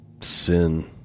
sin